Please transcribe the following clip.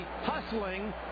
hustling